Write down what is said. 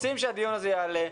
רוצים שהדיון הזה יעלה,